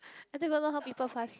I don't even know how people fast